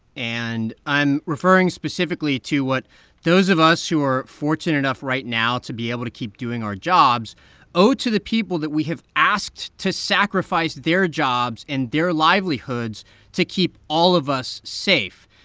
and i'm referring specifically to what those of us who are fortunate enough right now to be able to keep doing our jobs owe to the people that we have asked to sacrifice their jobs and their livelihoods to keep all of us safe.